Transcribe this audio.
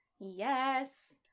Yes